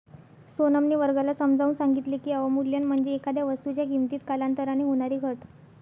सोनमने वर्गाला समजावून सांगितले की, अवमूल्यन म्हणजे एखाद्या वस्तूच्या किमतीत कालांतराने होणारी घट